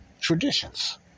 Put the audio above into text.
Traditions